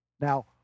Now